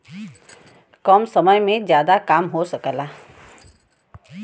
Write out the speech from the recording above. कम समय में जादा काम हो सकला